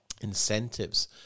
incentives